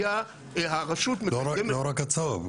לא רק הצהוב,